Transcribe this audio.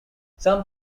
some